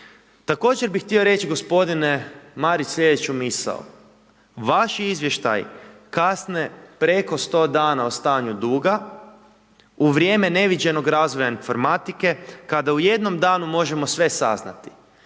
Također bi htio reći gospodine Marić sljedeću misao, vaši izvještaji kasne preko 100 dana o stanju duga, u vrijeme neviđenog razvoja informatike, kada u jednom danu možemo sve saznati.